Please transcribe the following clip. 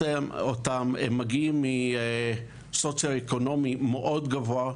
הם מגיעים מאשכול סוציו-אקונומי גבוה מאוד,